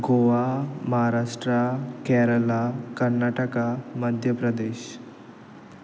Goa Maharashtra Kerala Karnataka Madhya Pradesh